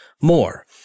more